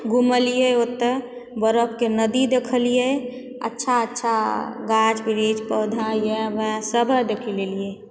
घुमलियै ओतय बरफके नदी देखलियै अच्छा अच्छा गाछ वृक्ष पौधा याए वाए सब देख लेलियै